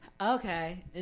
Okay